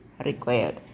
required